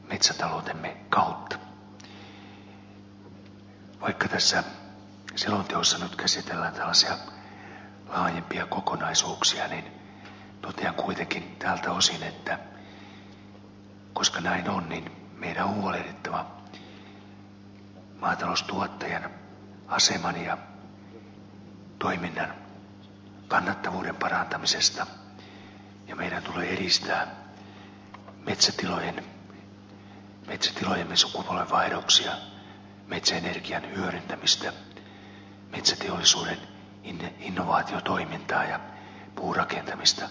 vaikka tässä selonteossa nyt käsitellään tällaisia laajempia kokonaisuuksia niin totean kuitenkin tältä osin että koska näin on niin meidän on huolehdittava maataloustuottajien aseman ja toiminnan kannattavuuden parantamisesta ja meidän tulee edistää metsätilojemme sukupolvenvaihdoksia metsäenergian hyödyntämistä metsäteollisuuden innovaatiotoimintaa ja puurakentamista suomessa